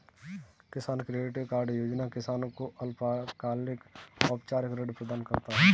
किसान credit card योजना किसान को अल्पकालिक औपचारिक ऋण प्रदान करता है